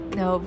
no